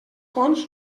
fonts